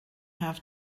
have